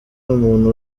umuntu